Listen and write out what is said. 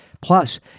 Plus